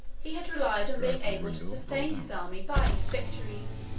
he had relied on being able to sustain his army by his victories.